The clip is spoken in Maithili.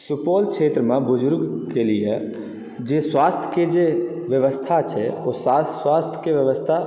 सुपौल क्षेत्रमे बुजुर्ग के लिए जे स्वास्थ्य के जे व्यवस्था छै ओ स्वास्थ्य के व्यवस्था